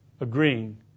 agreeing